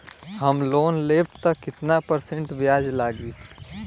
हम लोन लेब त कितना परसेंट ब्याज लागी?